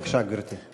בבקשה, גברתי.